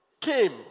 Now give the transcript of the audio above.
came